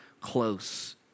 close